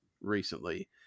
recently